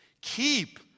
Keep